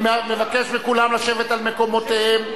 אני מבקש מכולם לשבת על מקומותיהם,